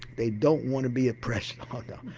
they don't want to be a president, oh no.